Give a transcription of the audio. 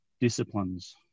disciplines